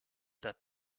that